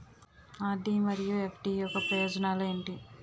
RD మరియు FD యొక్క ప్రయోజనాలు ఏంటి?